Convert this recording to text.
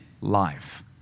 life